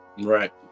Right